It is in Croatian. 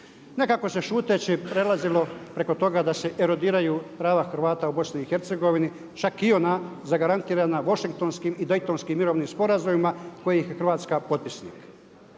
Nekako se šuteći prelazilo preko toga da se erodiraju prava Hrvata u Bosni i Hercegovini čak i ona zagarantirana Washingtonskim i Daytonskim mirovnim sporazumima kojih je Hrvatska potpisnik.